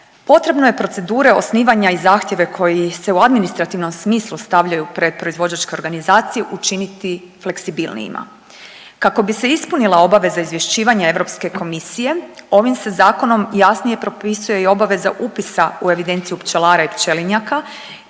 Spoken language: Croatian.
potrebno je procedure osnivanja i zahtjeve koji se u administrativnom smislu stavljaju pred proizvođačke organizacije, učiniti fleksibilnijima. Kako bi se ispunila obaveza izvješćivanja EK, ovim se Zakonom jasnije propisuje i obaveza upisa u evidenciju pčelara i pčelinjaka